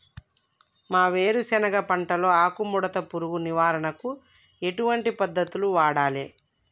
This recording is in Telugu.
మా వేరుశెనగ పంటలో ఆకుముడత పురుగు నివారణకు ఎటువంటి పద్దతులను వాడాలే?